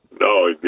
No